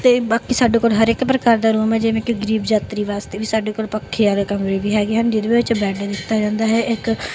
ਅਤੇ ਬਾਕੀ ਸਾਡੇ ਕੋਲ ਹਰ ਇੱਕ ਪ੍ਰਕਾਰ ਦਾ ਰੂਮ ਹੈ ਜਿਵੇਂ ਕਿ ਗਰੀਬ ਯਾਤਰੀ ਵਾਸਤੇ ਵੀ ਸਾਡੇ ਕੋਲ ਪੱਖੇ ਵਾਲੇ ਕਮਰੇ ਵੀ ਹੈਗੇ ਹਨ ਜਿਹਦੇ ਵਿੱਚ ਬੈੱਡ ਦਿੱਤਾ ਜਾਂਦਾ ਹੈ ਇੱਕ